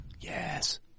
yes